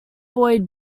boyd